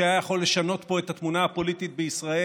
שהיה יכול לשנות פה את התמונה הפוליטית בישראל,